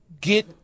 get